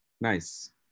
Nice